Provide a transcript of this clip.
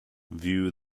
view